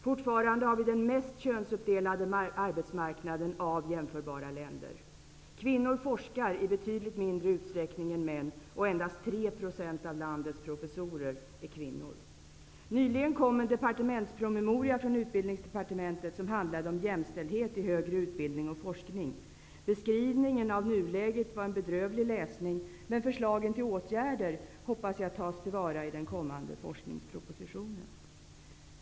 Fortfarande har vi den mest könsuppdelade arbetsmarknaden av jämförbara länder. Kvinnor forskar i betydligt mindre utsträckning än män, och endast 3 % av landets professorer är kvinnor. Nyligen kom en departementspromemoria från Beskrivningen av nuläget var en bedrövlig läsning, men förslagen till åtgärder hoppas jag tas till vara i den kommande forskningspropositionen.